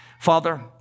Father